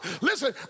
Listen